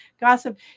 gossip